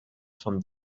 from